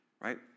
right